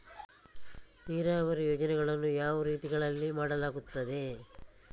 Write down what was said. ನೀರಾವರಿ ಯೋಜನೆಗಳನ್ನು ಯಾವ ರೀತಿಗಳಲ್ಲಿ ಮಾಡಲಾಗುತ್ತದೆ?